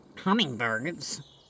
hummingbirds